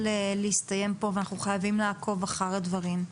להסתיים פה ואנחנו חייבים לעקוב אחר הדברים.